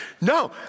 No